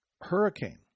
hurricane